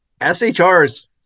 SHR's